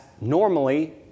normally